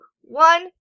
one